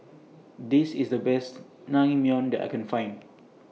This IS The Best Naengmyeon that I Can Find